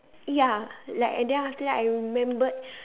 ya like and then after that I remembered